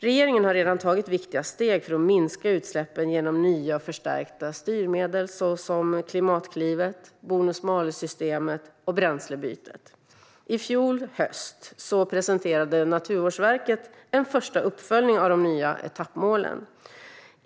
Regeringen har redan tagit viktiga steg för att minska utsläppen genom nya och förstärkta styrmedel såsom Klimatklivet, bonus-malus-systemet och bränslebytet. I fjol höst presenterade Naturvårdsverket en första uppföljning av de nya etappmålen.